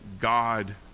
God